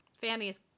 Fanny's